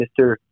Mr